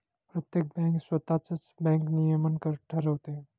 प्रत्येक बँक स्वतःच बँक नियमन ठरवते